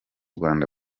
rwanda